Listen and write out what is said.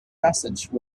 passage